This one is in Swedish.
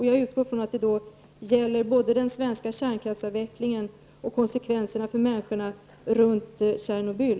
Jag utgår från att det gäller både den svenska kärnkraftsavvecklingen och konsekvenserna för människorna runt Tjernobyl.